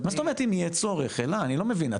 --- מה זאת אומרת אם יהיה צורך אני לא מבין,